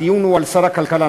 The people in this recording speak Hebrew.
הדיון הוא על שר הכלכלה,